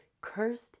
cursed